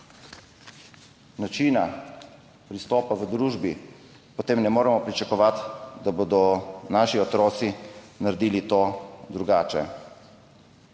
načina pristopa v družbi, potem ne moremo pričakovati, da bodo naši otroci naredili to drugače.